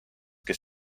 kes